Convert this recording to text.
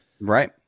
Right